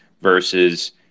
versus